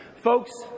Folks